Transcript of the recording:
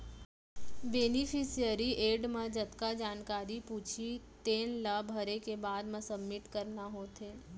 beneficiary add म जतका जानकारी पूछही तेन ला भरे के बाद म सबमिट करना होथे